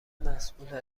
مسئول